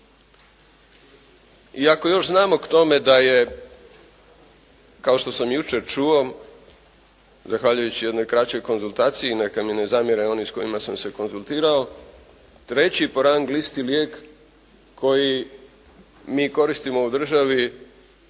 I ako još znamo k tome, kao što sam jučer čuo, zahvaljujući jednoj kraćoj konzultaciji neka mi ne zamjere oni s kojima sam se konzultirao treći po rang listi lijek koji mi koristimo u državi